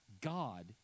God